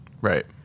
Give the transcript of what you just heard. Right